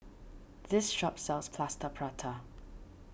this shop sells Plaster Prata